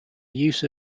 use